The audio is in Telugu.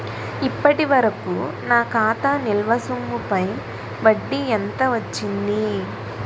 ఇప్పటి వరకూ నా ఖాతా నిల్వ సొమ్ముపై వడ్డీ ఎంత వచ్చింది?